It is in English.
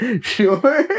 sure